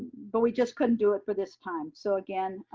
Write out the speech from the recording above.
but we just couldn't do it for this time. so again,